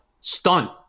stunt